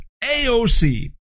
AOC